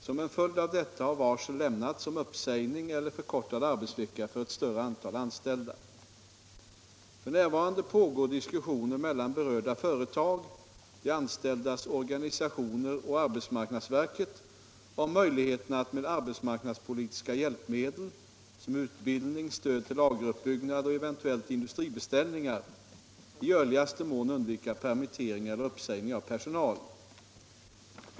Som en följd av detta har varsel lämnats om upp F.n. pågår diskussioner mellan berörda företag, de anställdas organisationer och arbetsmarknadsverket om möjligheterna att med arbetsmarknadspolitiska hjälpmedel — som utbildning, stöd till lageruppbyggnad och eventuellt industribeställningar — i görligaste mån undvika permittering eller uppsägning av personal.